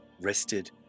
rested